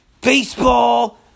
baseball